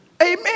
Amen